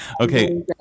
Okay